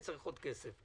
צריך עוד כסף.